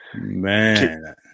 Man